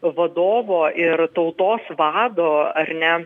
vadovo ir tautos vado ar ne